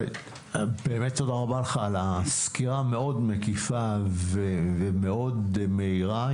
באמת תודה רבה לך על הסקירה המאוד מקיפה ומאוד מהירה.